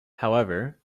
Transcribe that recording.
however